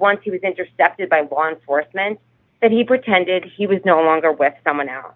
once he was intercepted by one force meant that he pretended he was no longer with someone else